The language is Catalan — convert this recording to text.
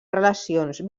relacions